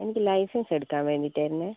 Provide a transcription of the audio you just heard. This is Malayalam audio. എനിക്ക് ലൈസൻസ് എടുക്കാൻ വേണ്ടിയിട്ടായിരുന്നേ